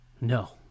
No